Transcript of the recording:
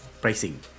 pricing